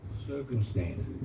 circumstances